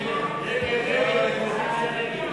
סעיף 27,